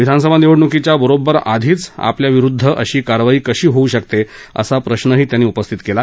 विधानसभा निवडणुकीच्या बरोब्बर आधीच आपल्या विरुद्ध अशी कारवाई कशी होऊ शकते असा प्रश्नही त्यांनी उपस्थित केला